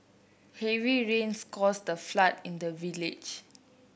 heavy rains caused a flood in the village